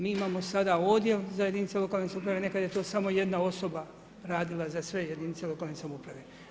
Mi imamo sada odjel za jedinice lokalne samouprave, nekada je to samo 1 osoba radila za sve jedinice lokalne samouprave.